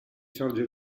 sorge